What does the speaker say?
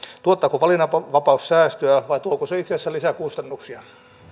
tuottaako valinnanvapaus säästöä vai tuoko se itse asiassa lisää kustannuksia